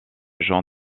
john